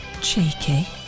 cheeky